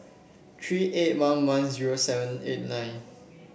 three eight one one zero seven eight nine